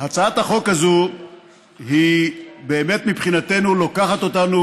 הצעת החוק הזאת היא באמת מבחינתנו לוקחת אותנו